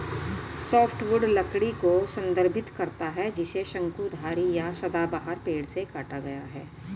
softwood लकड़ी को संदर्भित करता है जिसे शंकुधारी या सदाबहार पेड़ से काटा गया है